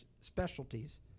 specialties